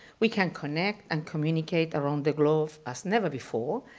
we can connect and communicate around the globe as never before.